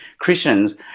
Christians